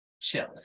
chill